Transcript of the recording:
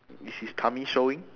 is his tummy showing